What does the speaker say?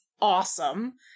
awesome